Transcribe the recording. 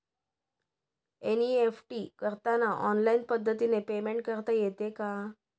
NEFT करताना online पद्धतीने payment करता येते का?